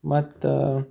ಮತ್ತು